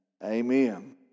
Amen